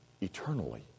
eternally